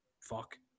Fuck